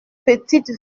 petite